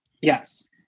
Yes